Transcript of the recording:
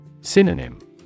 Synonym